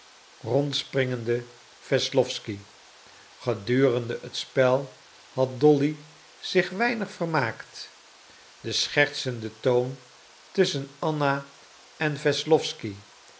crocketground rondspringenden wesslowsky gedurende het spel had dolly zich weinig vermaakt de schertsende toon tusschen anna en wesslowsky